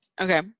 okay